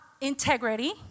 integrity